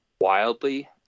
wildly